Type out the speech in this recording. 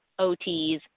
OTs